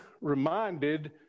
reminded